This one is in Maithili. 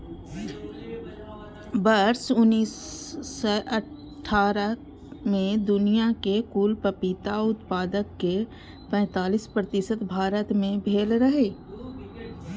वर्ष उन्नैस सय अट्ठारह मे दुनियाक कुल पपीता उत्पादनक पैंतालीस प्रतिशत भारत मे भेल रहै